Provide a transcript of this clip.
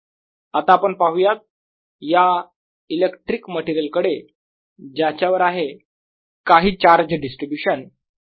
आता आपण पाहूयात या इलेक्ट्रिक मटेरियल कडे ज्याच्यावर आहे काही चार्ज डिस्ट्रीब्यूशन - ρ r